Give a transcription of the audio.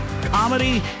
comedy